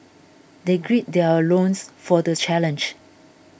they gird their loins for the challenge